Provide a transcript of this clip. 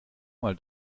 mal